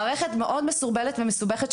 מערכת מאוד מסורבלת ומסובכת,